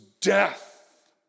death